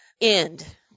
end